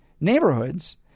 neighborhoods